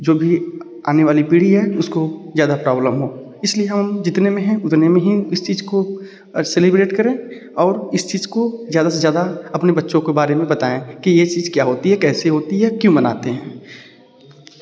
जो भी आनेवाली पीढ़ी है उसको ज़्यादा प्रोब्लम हो इसलिए हम जितने में हैं उतने में ही इस चीज़ को सेलिब्रेट करें और इस चीज़ को ज़्यादा से ज़्यादा अपने बच्चों को बारे में बताएँ कि ये चीज़ क्या होती है कैसे होती है क्यों मनाते हैं